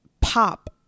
pop